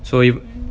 so